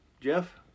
Jeff